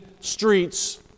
streets